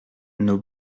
nos